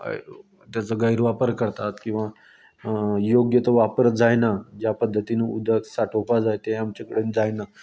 तेजो गैरवापर करतात किंवां योग्य तो वापर जायना ज्या पद्दतीन उदक साठोवपाक जाय तें आमचे कडेन जायना त्या